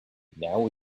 now